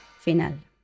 final